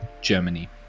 Germany